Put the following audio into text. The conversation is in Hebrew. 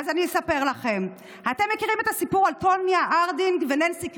אז אני אספר לכם: אתם מכירים את הסיפור על טוניה הרדינג וננסי קריגן?